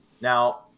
Now